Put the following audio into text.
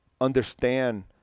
understand